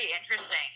interesting